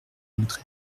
notre